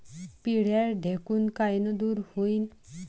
पिढ्या ढेकूण कायनं दूर होईन?